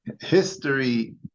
history